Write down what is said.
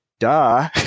duh